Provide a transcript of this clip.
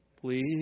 Please